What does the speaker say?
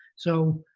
so,